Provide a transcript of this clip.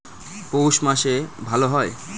পৌষ মাসে ভালো হয়?